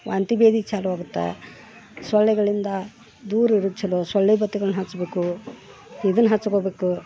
ವಾಂತಿ ಭೇದಿಗ್ ಚಾಲು ಆಗುತ್ತೆ ಸೊಳ್ಳೆಗಳಿಂದ ದೂರ ಇರು ಚಲೋ ಸೊಳ್ಳೆ ಬತ್ತಿಗಳನ್ನು ಹಚ್ಬೇಕು ಇದನ್ನು ಹಚ್ಕೋಬೇಕು